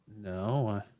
No